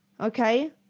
Okay